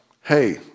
hey